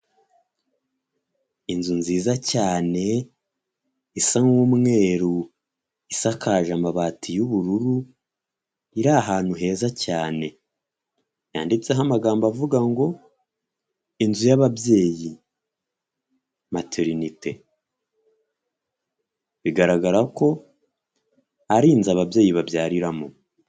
Inzu nziza cyane isa nk'umweruru isakaje amabati y'ubururu iri ahantu heza cyane yanditseho amagambo avuga ngo inzu y'ababyeyi materinite bigaragara ko ari inzu ababyeyi babyariramo.